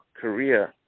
Korea